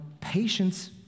patience